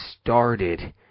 started